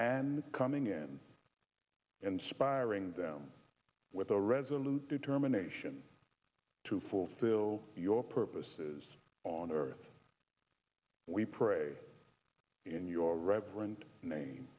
and coming in and spiraling them with a resolute determination to fulfill your purposes on earth we pray in your reverent name